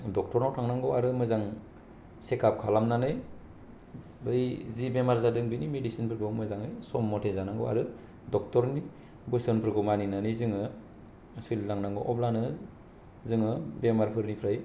डकटरनाव थांनांगौ आरो मोजां चेकाफ खालामनानै बै जि बेमार जादों बेनि मिदिसिन फोरखौ मोजाङै सम मथे जानांगौ आरो डकटरनि बोसोन फोरखौ मानिनानै जोङो सोलिलांनांगौ अब्लानो जोङो बेराम फोरनिफ्राय